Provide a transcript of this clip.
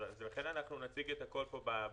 לכן אנחנו נציג את הכול פה בדיון.